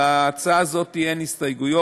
על ההצעה הזאת אין הסתייגויות,